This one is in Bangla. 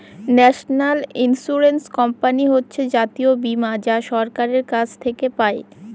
ন্যাশনাল ইন্সুরেন্স কোম্পানি হচ্ছে জাতীয় বীমা যা সরকারের কাছ থেকে পাই